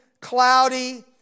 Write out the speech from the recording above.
cloudy